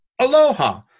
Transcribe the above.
Aloha